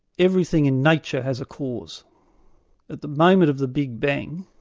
everything in nature has a cause. at the moment of the big bang,